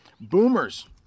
Boomers